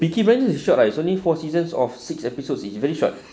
peaky blinders is short ah it's only four seasons of six episodes each very short